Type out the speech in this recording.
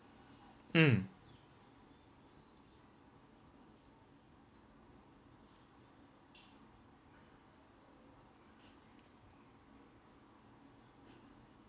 mm